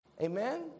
Amen